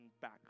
back